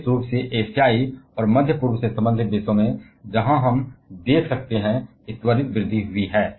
विशेष रूप से एशियाई और मध्य पूर्व से संबंधित देशों में जहां हम देख सकते हैं कि त्वरित वृद्धि हुई है